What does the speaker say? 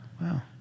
Wow